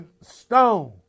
stone